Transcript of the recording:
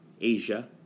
Asia